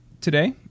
today